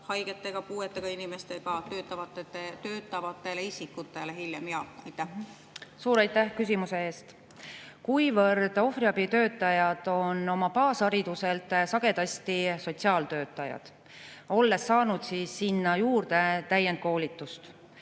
haigete ja puudega inimestega töötavatele isikutele? Suur aitäh küsimuse eest! Kuivõrd ohvriabi töötajad on oma baashariduselt sagedasti sotsiaaltöötajad, olles saanud sinna juurde täiendkoolitust,